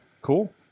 cool